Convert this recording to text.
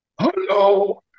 hello